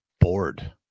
bored